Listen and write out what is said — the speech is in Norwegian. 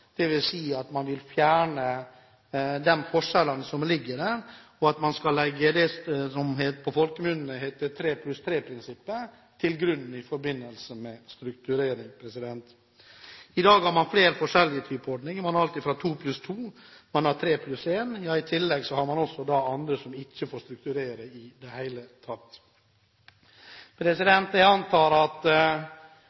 ønsker at man skal få like muligheter innenfor næringen – dvs. at man vil fjerne de forskjellene som ligger der, og at man skal legge det som på folkemunne heter 3+3-prinsippet, til grunn i forbindelse med strukturering. I dag har man flere forskjellige ordninger. Man har 2+2, 3+1, og i tillegg har man også andre som ikke får strukturere i det hele tatt.